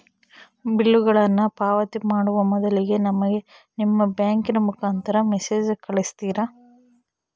ಬಿಲ್ಲುಗಳನ್ನ ಪಾವತಿ ಮಾಡುವ ಮೊದಲಿಗೆ ನಮಗೆ ನಿಮ್ಮ ಬ್ಯಾಂಕಿನ ಮುಖಾಂತರ ಮೆಸೇಜ್ ಕಳಿಸ್ತಿರಾ?